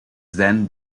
then